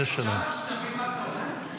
זה שלהם.